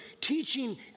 teaching